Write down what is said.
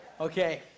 Okay